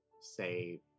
say